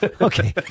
Okay